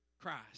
Christ